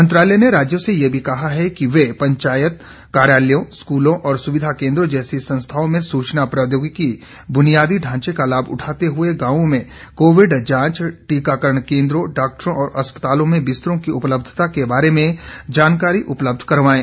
मंत्रालय ने राज्यों से यह भी कहा है कि वे पंचायत कार्यालयों स्कूलों और सुविधा केन्द्रों जैसी संस्थाओं में सुचना प्रौद्योगिकी बुनियादी ढांचे का लाभ उठाते हुए गांवों में कोविड जांच टीकाकरण केन्द्रों डॉक्टरों और अस्पतालों में बिस्तरों की उपलब्धता के बारे में जानकारी उपलब्ध कराएं